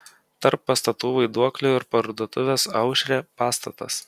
tarp pastatų vaiduoklių ir parduotuvės aušrė pastatas